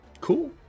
Cool